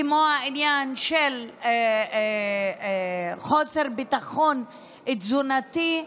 כמו העניין של חוסר ביטחון תזונתי,